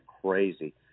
crazy